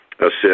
Assist